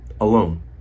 alone